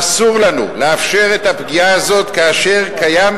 אסור לנו לאפשר את הפגיעה הזאת כאשר קיימת